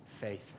faith